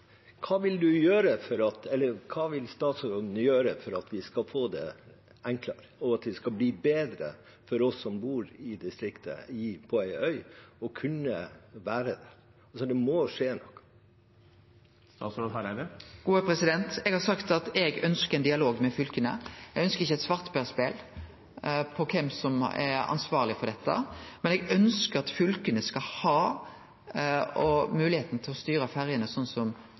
vil statsråden gjøre for at vi skal få det enklere, og at det skal bli bedre for oss som bor i distriktet, på en øy, å kunne bære dette? Det må skje noe. Eg har sagt at eg ønskjer ein dialog med fylka. Eg ønskjer ikkje eit svarteperspel om kven som er ansvarleg for dette, men eg ønskjer at fylka skal ha moglegheita til å styre ferjene,